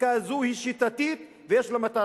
החקיקה הזו היא שיטתית, ויש לה מטרה,